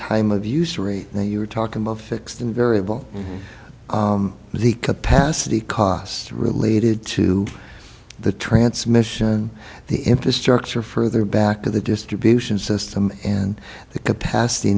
time of use rate you're talking about fixed and variable the capacity costs related to the transmission the infrastructure further back to the distribution system and the capacity